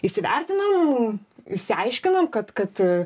įsivertinom išsiaiškinom kad kad